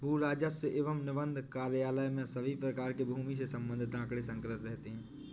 भू राजस्व एवं निबंधन कार्यालय में सभी प्रकार के भूमि से संबंधित आंकड़े संकलित रहते हैं